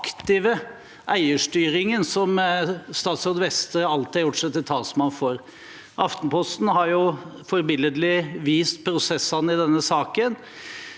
aktive eierstyringen, som statsråd Vestre alt har gjort seg til talsmann for. Aftenposten har forbilledlig vist prosessene i denne saken.